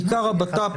בעיקר הבט"פ,